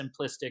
simplistic